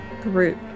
group